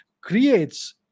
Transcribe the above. creates